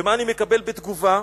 ומה אני מקבל בתגובה?